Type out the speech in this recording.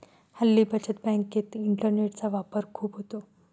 हल्ली बचत बँकेत इंटरनेटचा वापर खूप होतो